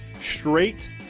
straight